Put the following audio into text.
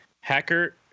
hacker